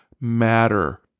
matter